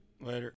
Later